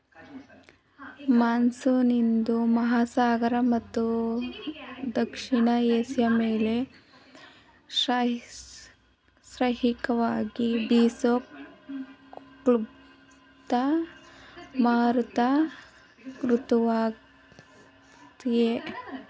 monsoon ಹಿಂದೂ ಮಹಾಸಾಗರ ಮತ್ತು ದಕ್ಷಿಣ ಏಷ್ಯ ಮೇಲೆ ಶ್ರಾಯಿಕವಾಗಿ ಬೀಸೋ ಕ್ಲುಪ್ತ ಮಾರುತ ಋತುವಾಗಯ್ತೆ